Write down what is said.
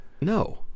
No